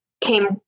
came